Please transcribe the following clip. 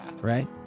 Right